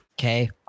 Okay